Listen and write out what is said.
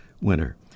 winner